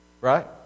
Right